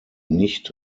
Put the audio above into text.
nicht